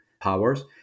powers